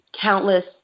countless